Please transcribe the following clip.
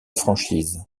franchise